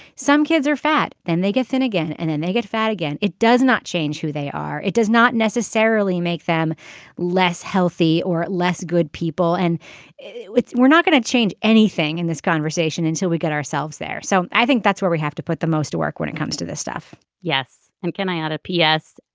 some kids are fat then they get thin again and then they get fat again. it does not change who they are. it does not necessarily make them less healthy or less good people and we're not going to change anything in this conversation until we get ourselves there. so i think that's what we have to put the most work when it comes to this stuff yes and can i add a p s.